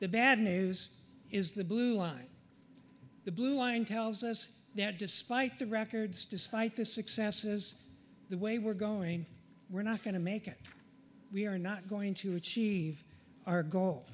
the bad news is the blue line the blue line tells us that despite the records despite the successes the way we're going we're not going to make it we are not going to achieve our goal